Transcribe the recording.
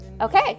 okay